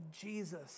Jesus